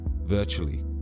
virtually